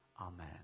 amen